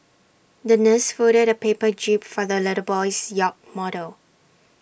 the nurse folded A paper jib for the little boy's yacht model